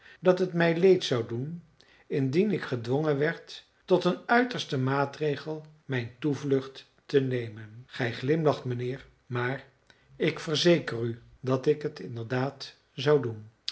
dat het mij leed zou doen indien ik gedwongen werd tot een uitersten maatregel mijn toevlucht te nemen gij glimlacht mijnheer maar ik verzeker u dat ik het inderdaad zou doen